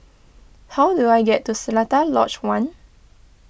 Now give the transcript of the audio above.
how do I get to Seletar Lodge one